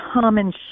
common